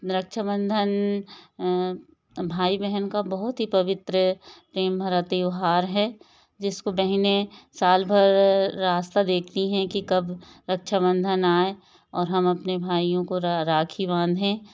रक्षाबंधन भाई बहन का बहुत ही पवित्र प्रेम भरा त्यौहार है जिसको बहनें साल भर रास्ता देखती हैं कि कब रक्षाबंधन आए और हम अपने भाइयों को राखी बांधने